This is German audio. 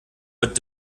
wird